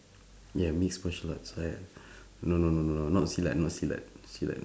ya mixed marital arts right no no no no no not silat not silat silat